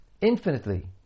infinitely